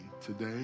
Today